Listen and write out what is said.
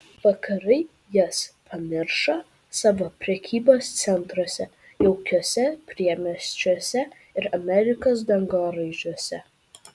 vakarai jas pamiršo savo prekybos centruose jaukiuose priemiesčiuose ir amerikos dangoraižiuose